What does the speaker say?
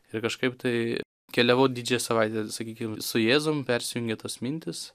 ir kažkaip tai keliavau didžiąją savaitę sakykim su jėzum persijungė tos mintys